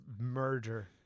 murder